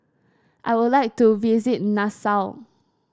I would like to visit Nassau